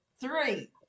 Three